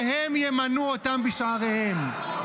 שהם ימנו אותם בשעריהם".